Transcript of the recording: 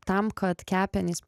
tam kad kepenys